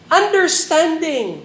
understanding